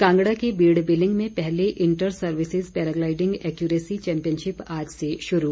कांगड़ा के बीड़ बिलिंग में पहली इंटर सर्विसिज पैराग्लाईडिंग एक्यूरेसी और चैम्पियनशिप आज से शुरू